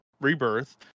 Rebirth